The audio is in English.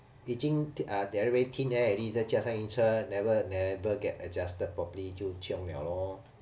已经 they already thin air already 再加上晕车 never never get adjusted properly 就 chiong liao lor